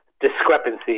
discrepancy